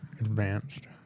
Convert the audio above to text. Advanced